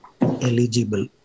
eligible